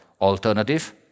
alternative